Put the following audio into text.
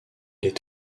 est